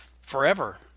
forever